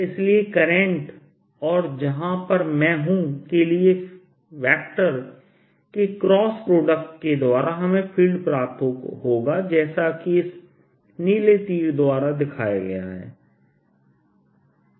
इसलिए करंट और जहां पर मैं हूं के लिए वेक्टर के क्रॉस प्रोडक्ट के द्वारा हमें फील्ड प्राप्त होगा जैसा कि इस नीले तीर द्वारा दिखाया गया है